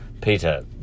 Peter